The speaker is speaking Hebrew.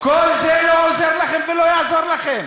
כל זה לא עוזר לכם ולא יעזור לכם.